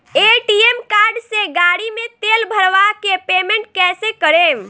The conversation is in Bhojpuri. ए.टी.एम कार्ड से गाड़ी मे तेल भरवा के पेमेंट कैसे करेम?